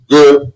Good